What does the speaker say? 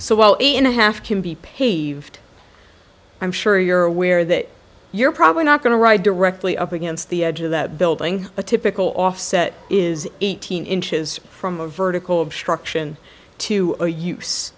in a half can be paved i'm sure you're aware that you're probably not going to ride directly up against the edge of that building a typical offset is eighteen inches from a vertical obstruction to a use